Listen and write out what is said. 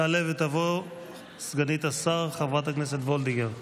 תעלה ותבוא סגנית השר חברת הכנסת וולדיגר.